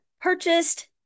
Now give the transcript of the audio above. purchased